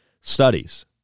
studies